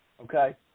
Okay